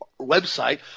website